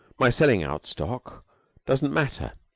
my selling out stock doesn't matter,